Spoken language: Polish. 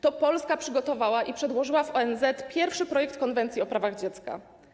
To Polska przygotowała i przedłożyła w ONZ pierwszy projekt Konwencji o prawach dziecka.